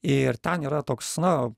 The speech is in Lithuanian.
ir ten yra toks na